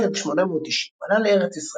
בשנת 1890 עלה לארץ ישראל,